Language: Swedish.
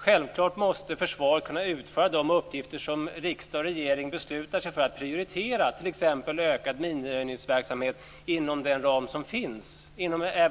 Självfallet måste försvaret kunna utföra de uppgifter som riksdagen och regeringen beslutar sig för att prioritera, t.ex. en ökad minröjningsverksamhet, inom den ram som finns, även